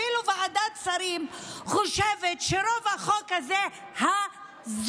אפילו ועדת שרים חושבת שרוב החוק הזה הזוי,